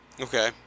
Okay